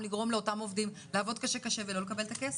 לאותם עובדים לעבוד קשה ולא לקבל את הכסף?